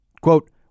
Quote